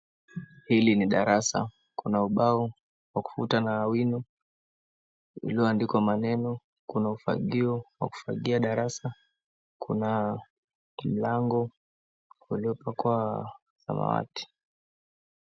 Hili ni darasa, kuna ubao wa kufuta na wino ulioandikwa maneno. Kuna ufagio wa kufagia darasa, kuna mlango uliopakwa samawati.